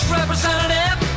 representative